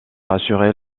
assurer